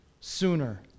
sooner